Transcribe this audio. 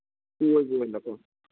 ꯃꯈꯣꯏꯒꯤ ꯑꯣꯏꯅꯀꯣ